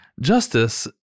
Justice